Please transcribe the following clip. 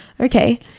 Okay